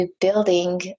building